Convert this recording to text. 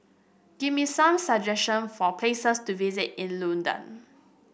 give me some suggestion for places to visit in Luanda